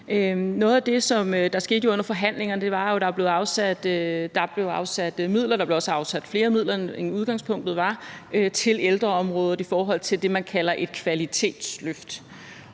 Noget af det, der skete under forhandlingerne, var, at der blev afsat midler, og der blev også afsat flere midler, end udgangspunktet var, til ældreområdet i forhold til det, man kalder